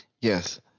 Yes